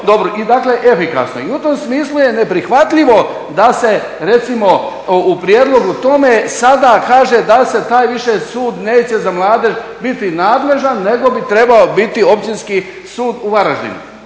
I u tom smislu je neprihvatljivo da se u prijedlogu sada kaže da se taj sud više neće za mladež biti nadležan nego bi trebao biti Općinski sud u Varaždinu.